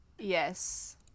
Yes